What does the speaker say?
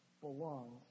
belongs